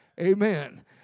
Amen